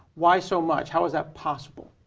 why so much? how is that possible?